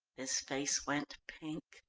his face went pink.